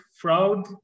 fraud